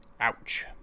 Ouch